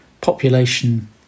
population